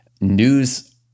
news